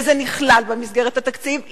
וזה נכלל במסגרת התקציב?